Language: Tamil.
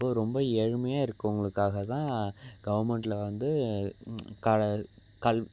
இப்போது ரொம்ப ஏழ்மையாக இருக்கவங்களுக்காக தான் கவர்மெண்ட்டில் வந்து கல கல்